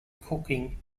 cooking